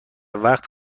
وقت